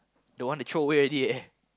they want to throw away already eh